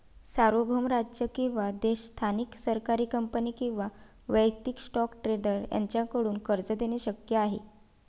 सार्वभौम राज्य किंवा देश स्थानिक सरकारी कंपनी किंवा वैयक्तिक स्टॉक ट्रेडर यांच्याकडून कर्ज देणे शक्य आहे